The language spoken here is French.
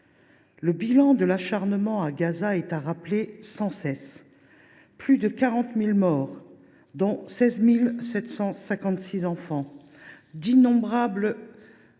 Le bilan de l’acharnement à Gaza est à rappeler sans cesse : plus de 40 000 morts, dont 16 756 enfants, d’innombrables